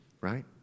Right